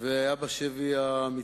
והיה בשבי המצרי.